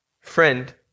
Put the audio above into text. Friend